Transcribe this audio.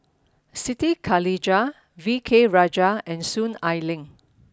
Siti Khalijah V K Rajah and Soon Ai Ling